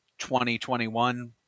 2021